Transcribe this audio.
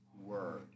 word